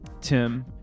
Tim